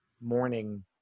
morning